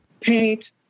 Paint